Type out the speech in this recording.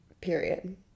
period